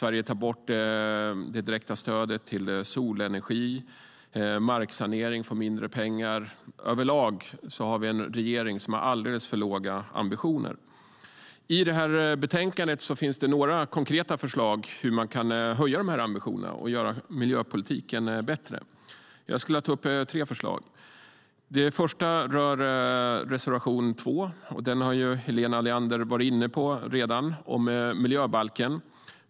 Sverige tar bort det direkta stödet till solenergi, och marksanering får mindre pengar. Över lag har vi en regering med alldeles för låga ambitioner. I betänkandet finns några konkreta förslag för hur ambitionerna kan höjas och göra miljöpolitiken bättre. Jag vill ta upp tre förslag. Det första rör reservation 2 om miljöbalken. Den har Helena Leander redan varit inne på.